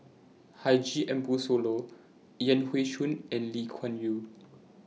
Haji Ambo Sooloh Yan Hui Chang and Lee Kuan Yew